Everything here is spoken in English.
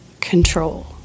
control